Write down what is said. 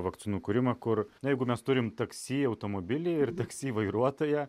vakcinų kūrimą kur jeigu mes turim taksi automobilį ir taksi vairuotoją